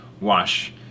wash